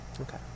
Okay